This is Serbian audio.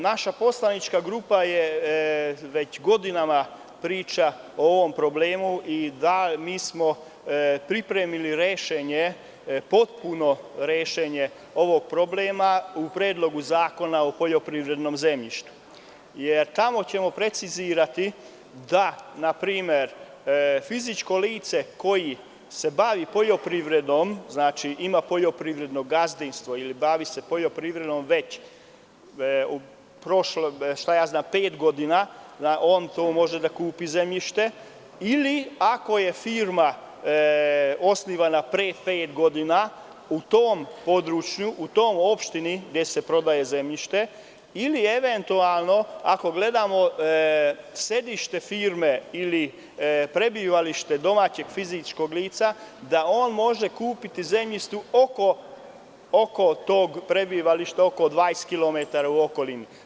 Naša poslanička grupa je već godinama u ovom problemu i mi smo pripremili rešenje, potpuno rešenje ovog problema u Predlogu zakona u poljoprivrednom zemljištu, jer tamo ćemo precizirati da, na primer, fizičko lice koje se bavi poljoprivredom, znači ima poljoprivredno gazdinstvo ili bavi se poljoprivredom već pet godina, da on to može da kupi zemljište ili ako je firma osnovana pre pet godina u tom području, u toj opštini gde se prodaje zemljište ili eventualno ako gledamo sedište firme ili prebivalište domaćeg fizičkog lica, da on može kupiti zemljište oko tog prebivališta oko 20 kilometara u okolini.